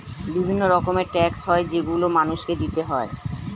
বিভিন্ন রকমের ট্যাক্স হয় যেগুলো মানুষকে দিতে হয়